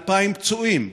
2,000 פצועים.